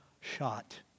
shot